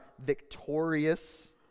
victorious